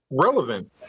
Relevant